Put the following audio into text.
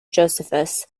josephus